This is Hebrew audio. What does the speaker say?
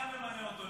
המפכ"ל ממנה אותו,